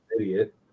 idiot